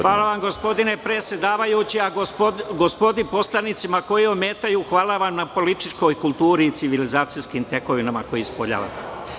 Hvala vam gospodine predsedavajući, a gospodi poslanicima koji ometaju, hvala vam na političkoj kulturi i civilizacijskim tekovinama koje ispoljavate.